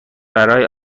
برای